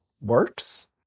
works